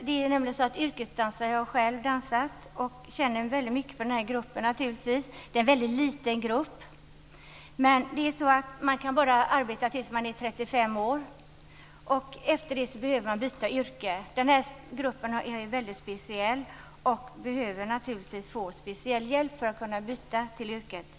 Jag har själv varit dansare och känner naturligtvis väldigt mycket för gruppen yrkesdansare, som är mycket liten. Yrkesdansare kan inte arbeta längre än tills de är 35 år. Därefter behöver de byta yrke. Det är en mycket speciell grupp, som naturligtvis behöver få särskild hjälp för att kunna byta yrke.